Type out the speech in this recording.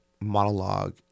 monologue